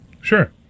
Sure